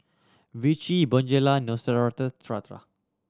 Vichy Bonjela